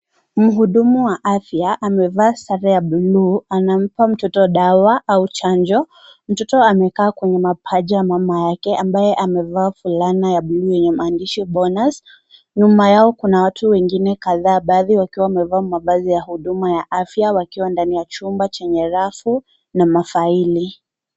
Mhudumu wa afya amevaa sare ya buluu anampa mtoto dawa au chanjo, mtoto amekaa kwenye paja ya mama yake ambaye amevaa fulana ya buluu yenye maandishi bonus nyuma kuna watu wengine kadhaa baadhi wakiwa wamevaa mavazi ya huduma ya afya wakiwa katika chumba chenye rafu na mafaili.